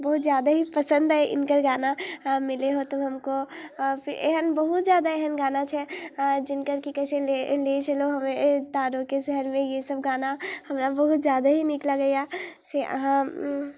बहुत ज्यादे पसन्द अइ हिनकर गाना मिले हो तुम हमको एहन बहुत ज्यादा एहन गाना छै जिनकर कि कहै छै ले चलो ऐ हमको तारों के शहरमे ईसब गाना हमरा बहुत ज्यादे ही नीक लगैए से अहाँ